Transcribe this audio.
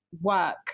work